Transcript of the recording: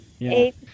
eight